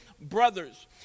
brothers